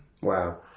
Wow